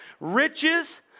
Riches